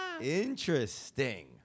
Interesting